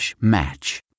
match